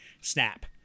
snap